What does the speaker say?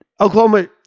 Oklahoma